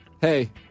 hey